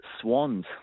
Swans